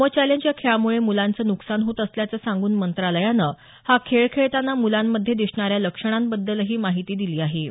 momo challenge या खेळामुळे मुलांचं नुकसान होत असल्याचं सांगून मंत्रालयानं हा खेळ खेळताना मुलांमध्ये दिसणाऱ्या लक्षणांबद्दलही माहिती दिली आहे